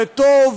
זה טוב,